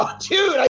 dude